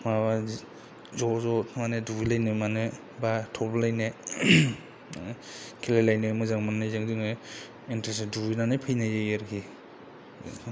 माबा ज' ज' माने दुगैलायनो मानो बा थब्ल'लायनो खेलाय लायनो मोजां मोननायजों जोङो इनट्रेस्टआव दुगैना फैनाय जायो आरोखि